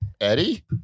Eddie